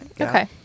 Okay